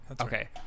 Okay